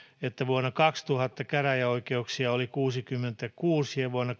että vuonna kaksituhatta käräjäoikeuksia oli kuusikymmentäkuusi ja vuonna